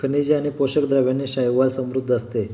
खनिजे आणि पोषक द्रव्यांनी शैवाल समृद्ध असतं